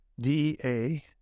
DA